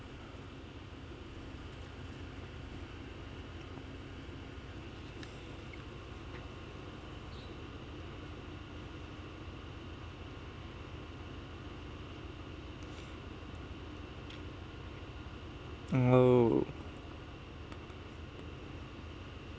oh